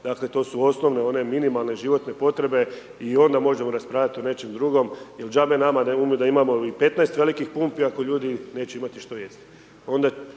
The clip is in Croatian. dakle, to su osnovne, one minimalne životne potrebe i onda možemo raspravljati o nečem drugom, jer džabe nama, …/Govornik se ne razumije./… da imamo i 15 velikih pumpi, ako ljudi neće imati što jesti.